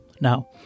now